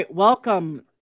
Welcome